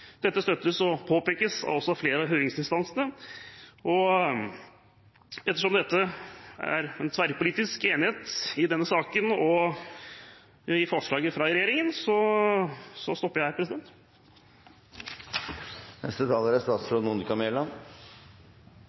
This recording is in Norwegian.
Dette støttes og påpekes også av flere av høringsinstansene. Ettersom det er tverrpolitisk enighet i denne saken og om forslaget fra regjeringen, så stopper jeg her. Jeg er